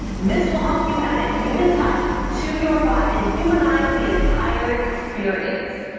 this will help you add a human touch to your bot, and humanize the entire experience.